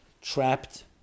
trapped